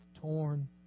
torn